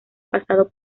pasado